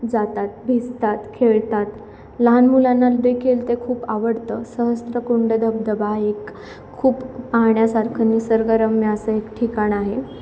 जातात भिजतात खेळतात लहान मुलांना ल देखील ते खूप आवडतं सहस्त्रकुंड धबधबा एक खूप पाहण्यासारखं निसर्गरम्य असं एक ठिकाण आहे